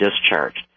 discharged